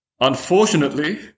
Unfortunately